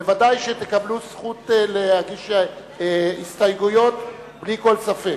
ודאי שתקבלו זכות להגיש הסתייגויות, בלי כל ספק.